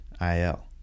IL